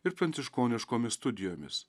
ir pranciškoniškomis studijomis